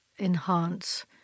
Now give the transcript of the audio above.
enhance